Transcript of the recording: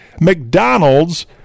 McDonald's